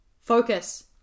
focus